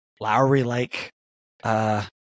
Lowry-like